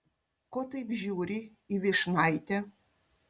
ko taip žiūri į vyšnaitę